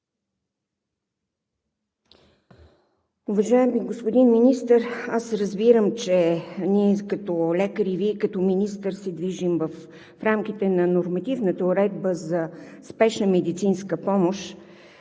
Уважаеми господин Министър, аз разбирам, че ние като лекари и Вие като министър се движим в рамките на нормативната уредба за спешна медицинска помощ,